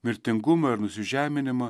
mirtingumą ir nusižeminimą